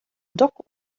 dock